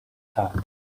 time